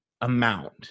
amount